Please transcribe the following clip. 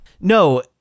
no